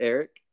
Eric